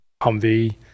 humvee